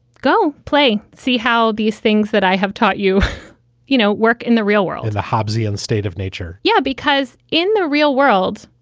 go play. see how these things that i have taught you you know, work in the real world is the hobbesian state of nature yeah, because in the real world,